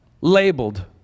labeled